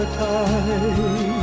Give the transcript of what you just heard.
time